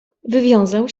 wywiązał